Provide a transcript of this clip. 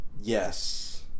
Yes